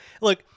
Look